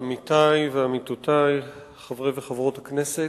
עמיתי ועמיתותי חברי וחברות הכנסת,